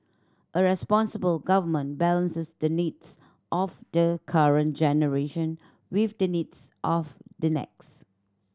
a responsible government balances the needs of the current generation with the needs of the next